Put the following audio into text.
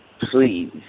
Please